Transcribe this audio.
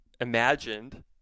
imagined